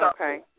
Okay